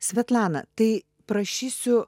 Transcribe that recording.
svetlana tai prašysiu